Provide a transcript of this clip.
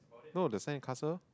no the sandcastle